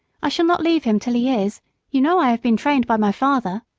i shall not leave him till he is you know i have been trained by my father.